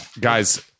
Guys